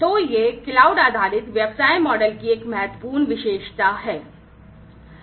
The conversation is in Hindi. तो यह क्लाउड आधारित व्यवसाय मॉडल की एक महत्वपूर्ण विशेषता है